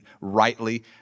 rightly